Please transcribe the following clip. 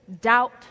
doubt